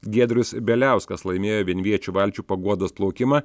giedrius bieliauskas laimėjo vienviečių valčių paguodos plaukimą